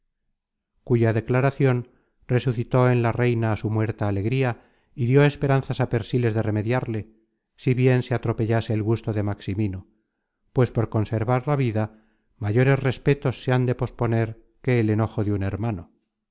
cuya declaracion resucitó en la reina su muerta alegría y dió esperanzas á persiles de remediarle si bien se atropellase el gusto de maximino pues por conservar la vida mayores respetos se han de posponer que el enojo de un hermano